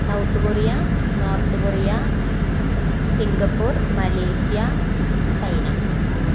South Korea North Korea Singapore Malaysia China